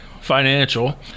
Financial